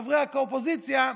החברי אופוזיציה: